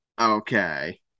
Okay